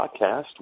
podcast